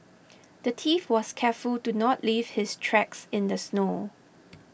the thief was careful to not leave his tracks in the snow